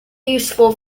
useful